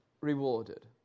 rewarded